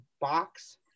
box